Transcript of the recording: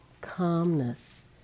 calmness